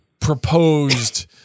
proposed